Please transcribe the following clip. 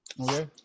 Okay